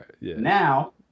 Now